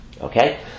Okay